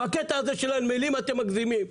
בקטע הזה של הנמלים אתם מגזימים.